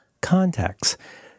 Contacts